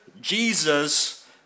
Jesus